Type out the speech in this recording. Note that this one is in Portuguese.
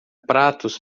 pratos